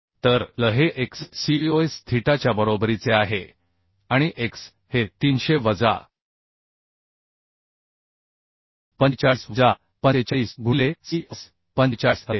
तर l हे x cos थीटाच्या बरोबरीचे आहे आणि x हे 300 वजा 45 वजा 45 गुणिले cos 45 असेल